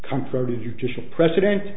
comfort is you're just a president